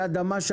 האדמה?